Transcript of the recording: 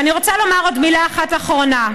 ואני רוצה לומר עוד מילה אחת אחרונה: